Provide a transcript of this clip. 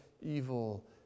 evil